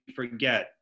forget